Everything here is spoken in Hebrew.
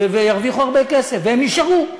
וירוויחו הרבה כסף, והם נשארו.